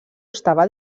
estava